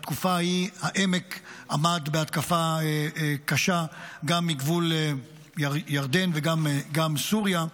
בתקופה ההיא העמק עמד בהתקפה קשה גם מגבול ירדן וגם סוריה,